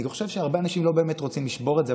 אני גם חושב שהרבה אנשים לא רוצים באמת לשבור את זה,